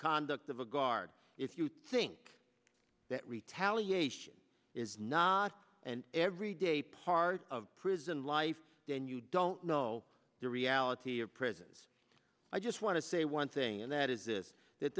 conduct of a guard if you think that retaliation is not an everyday part of prison life then you don't know the reality of prisons i just want to say one thing and that is that